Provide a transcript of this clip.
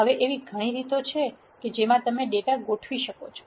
હવે એવી ઘણી રીતો છે કે જેમાં તમે ડેટા ગોઠવી શકો છો